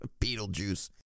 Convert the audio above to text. Beetlejuice